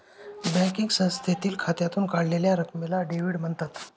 banking संस्थेतील खात्यातून काढलेल्या रकमेला डेव्हिड म्हणतात